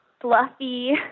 fluffy